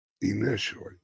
initially